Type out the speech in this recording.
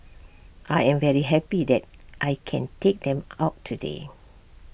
I'm very happy that I can take them out today